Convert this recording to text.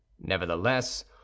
Nevertheless